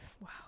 Wow